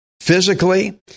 physically